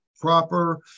proper